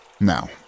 Now